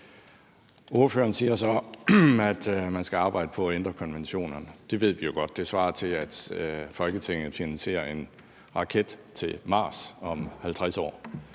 Ordføreren siger så, at man skal arbejde på at ændre konventionerne. Det ved vi jo godt svarer til, at Folketinget finansierer en raket til Mars om 50 år.